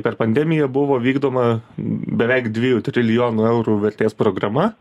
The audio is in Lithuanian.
per pandemiją buvo vykdoma beveik dviejų trilijonų eurų vertės programa